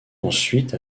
ensuite